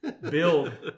Build